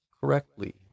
correctly